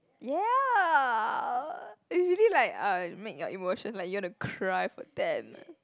ya it really like uh make your emotion like you want to cry for them